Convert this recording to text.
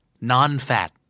non-fat